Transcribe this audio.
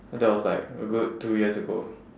that was like a good two years ago